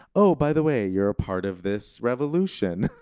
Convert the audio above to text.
oh, by the way, you're a part of this revolution!